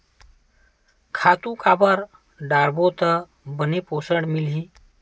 खातु काबर डारबो त बने पोषण मिलही?